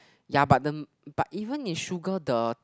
ya but the but even with sugar the